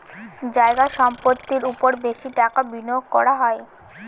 জায়গা সম্পত্তির ওপর বেশি টাকা বিনিয়োগ করা হয়